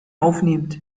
aufnehmt